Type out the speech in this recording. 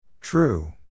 True